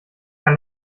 kann